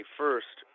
first